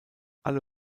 alle